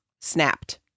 snapped